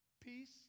Peace